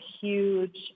huge